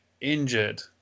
injured